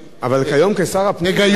תהיה בהירות,